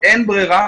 אין ברירה,